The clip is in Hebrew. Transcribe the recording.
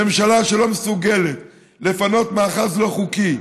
ממשלה שלא מסוגלת לפנות מאחז לא חוקי,